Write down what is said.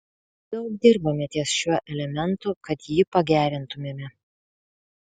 daug dirbame ties šiuo elementu kad jį pagerintumėme